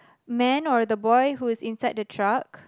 man or the boy who is inside the truck